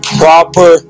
proper